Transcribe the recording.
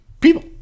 people